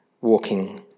walking